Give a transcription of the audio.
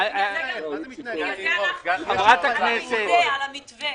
על המתווה.